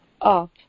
up